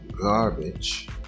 garbage